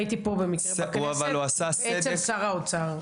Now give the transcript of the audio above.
הייתי פה במקרה, בכנסת --- שר האוצר.